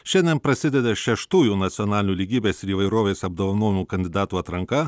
šiandien prasideda šeštųjų nacionalinių lygybės ir įvairovės apdovanojimų kandidatų atranka